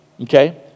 okay